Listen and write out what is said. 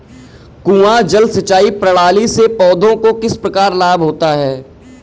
कुआँ जल सिंचाई प्रणाली से पौधों को किस प्रकार लाभ होता है?